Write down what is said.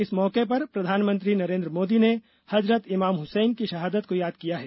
इस मौके पर प्रधानमंत्री नरेन्द्र मोदी ने हजरत इमाम हुसैन की शहादत को याद किया है